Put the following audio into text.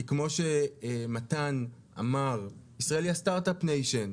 כי כמו שמתן אמר, ישראל היא הסטארט אפ ניישן,